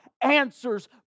answers